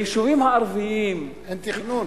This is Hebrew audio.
ליישובים הערביים, אין תכנון.